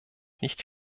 nicht